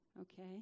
okay